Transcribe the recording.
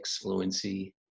fluency